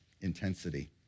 intensity